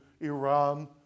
Iran